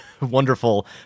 wonderful